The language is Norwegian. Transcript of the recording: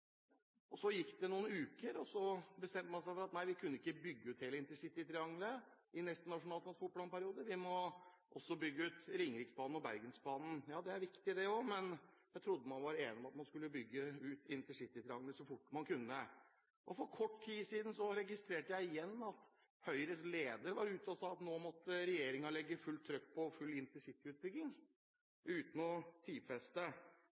i. Så gikk det noen uker, og så bestemte man seg for at man ikke kan bygge ut hele intercitytriangelet i neste nasjonale transportplanperiode, vi må også bygge ut Ringeriksbanen og Bergensbanen. Ja, det er viktig det også, men jeg trodde man var enig om å bygge ut intercitytriangelet så fort man kunne. Og for kort tid siden registrerte jeg – igjen – at Høyres leder var ute og sa at nå måtte regjeringen legge trykk på full intercityutbygging – uten å tidfeste.